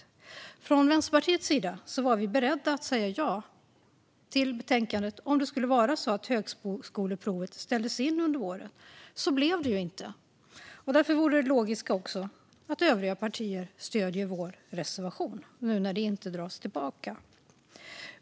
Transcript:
Möjlighet för regering-en att tillfälligt frångå huvudregeln för fördel-ning av platser vid urval till högskolan vid extraordinära händelser i fredstid Från Vänsterpartiets sida var vi beredda att säga ja till förslaget om det skulle vara så att högskoleprovet ställdes in under våren. Så blev det dock inte, och därför vore det logiska att övriga partier stöder vår reservation nu när förslaget inte dras tillbaka.